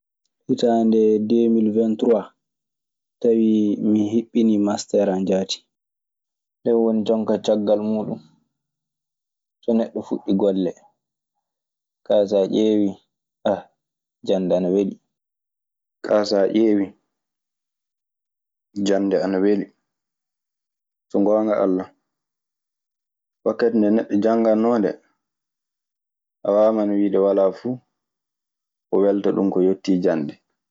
Hitaande deemil wen turuwa, tawi mi hiɓɓini masteer am jaati. Nden woni jon kaa caggal muuɗun so neɗɗo fuɗɗi golle. Kaa saa ƴeewii jannde ana weli. So ngoonga Alla, wakkati nde neɗɗo janngannoo ndee, a waamano wiide walaa fu ko welta ɗun ko yottii jannde.